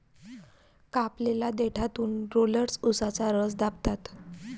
कापलेल्या देठातून रोलर्स उसाचा रस दाबतात